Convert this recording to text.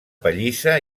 pallissa